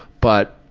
but